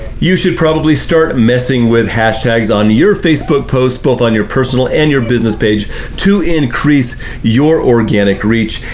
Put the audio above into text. you should probably start messing with hashtags on your facebook posts, both on your personal and your business page to increase your organic reach,